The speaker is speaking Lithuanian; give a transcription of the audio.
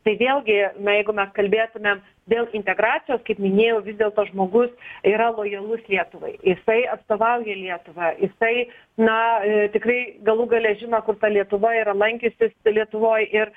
tai vėlgi na jeigu mes kalbėtumėm dėl integracijos kaip minėjau vis dėlto žmogus yra lojalus lietuvai jisai atstovauja lietuvą jisai na a tikrai galų gale žino kur ta lietuva yra lankęsis lietuvoj ir